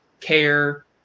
care